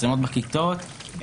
בכיתות,